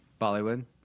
Bollywood